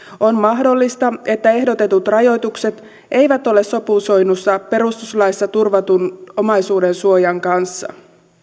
on mahdollista että ehdotetut rajoitukset eivät ole sopusoinnussa perustuslaissa turvatun omaisuudensuojan kanssa